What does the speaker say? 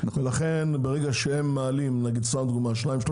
ולכן ברגע שהם מעלים 2%-3%,